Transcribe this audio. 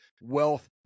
wealth